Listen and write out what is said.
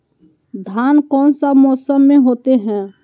धान कौन सा मौसम में होते है?